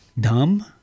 dumb